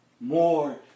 More